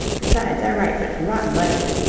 besides, i write such rotten letters.